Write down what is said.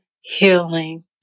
healing